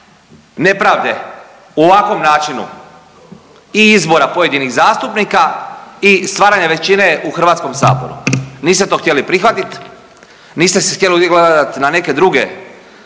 nepravde u ovakvom načinu i izbora pojedinih zastupnika i stvaranje većine u HS-u. Niste to htjeli prihvatit, niste se htjeli ovdje ugledat na neke druge